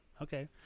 okay